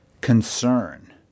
concern